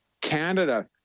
canada